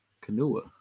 canoe